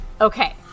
Okay